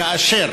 כאשר